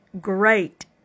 Great